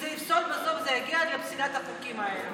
בסוף זה יגיע לפסילת החוקים האלה.